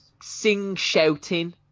sing-shouting